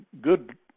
good